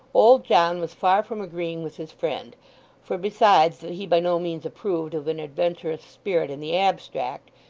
old john was far from agreeing with his friend for besides that he by no means approved of an adventurous spirit in the abstract,